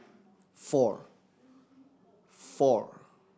four